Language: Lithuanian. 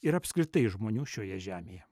ir apskritai žmonių šioje žemėje